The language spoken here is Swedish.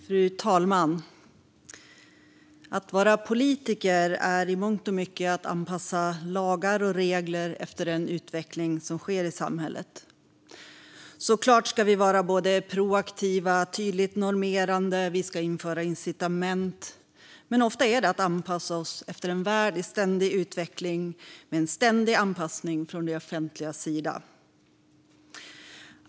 Fru talman! Att vara politiker är i mångt och mycket att anpassa lagar och regler efter den utveckling som sker i samhället. Vi ska såklart vara både proaktiva och tydligt normerande, och vi ska införa incitament. Men ofta handlar det om att anpassa oss efter en värld i ständig utveckling, med en ständig anpassning från det offentligas sida.